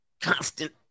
constant